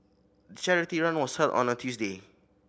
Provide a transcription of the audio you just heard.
the charity run was held on a Tuesday